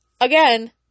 again